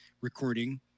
recording